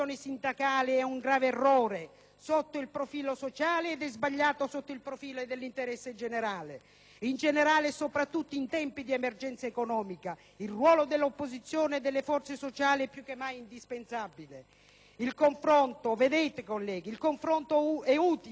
sotto il profilo sociale e sia sbagliato sotto il profilo dell'interesse generale. In generale, soprattutto in tempi di emergenza economica, il ruolo dell'opposizione e delle forze sociali è più che mai indispensabile. Colleghi, il confronto è utile, ma lo è prima,